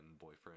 boyfriend